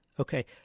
Okay